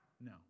No